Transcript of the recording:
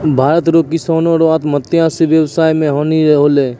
भारत रो किसानो रो आत्महत्या से वेवसाय मे हानी होलै